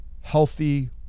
healthy